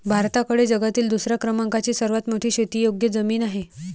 भारताकडे जगातील दुसऱ्या क्रमांकाची सर्वात मोठी शेतीयोग्य जमीन आहे